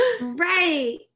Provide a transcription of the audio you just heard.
Right